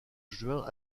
juin